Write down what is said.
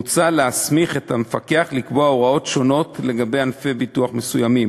מוצע להסמיך את המפקח לקבוע הוראות שונות לגבי ענפי ביטוח מסוימים,